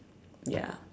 ya